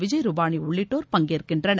விஜய் ரூபானி உள்ளிட்டோர் பங்கேற்கின்றனர்